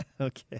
Okay